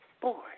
Boy